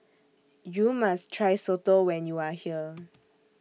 YOU must Try Soto when YOU Are here